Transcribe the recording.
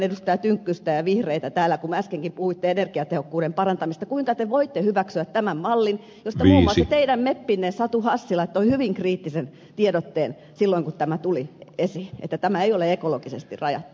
tynkkystä ja vihreitä täällä kun me äskenkin puhuimme energiatehokkuuden parantamisesta kuinka te voitte hyväksyä tämän mallin josta muun muassa teidän meppinne satu hassi laittoi hyvin kriittisen tiedotteen silloin kun tämä tuli esiin että tämä ei ole ekologisesti rajattu